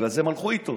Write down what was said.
בגלל זה הם הלכו איתו,